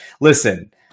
Listen